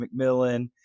McMillan